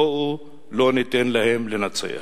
בואו לא ניתן להם לנצח.